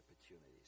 opportunities